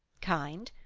kind?